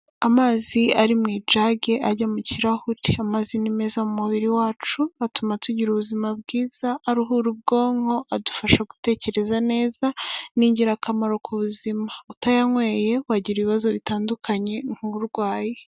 Amazi ari mu ijage ajya mu kirahuri. Amazi ni meza mu mubiri wacu, atuma tugira ubuzima bwiza, aruhura ubwonko, adufasha gutekereza neza, ni ingirakamaro ku buzima. Utayanyweye wagira ibibazo bitandukanye nk'uburwayi.